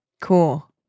Cool